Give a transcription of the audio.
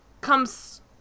comes